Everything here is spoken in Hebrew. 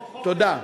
תודה.